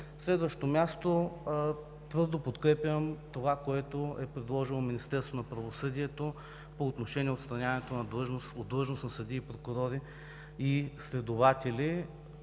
следващо място, твърдо подкрепям това, което е предложило Министерството на правосъдието по отношение отстраняването от длъжност на съдии, прокурори и следователи.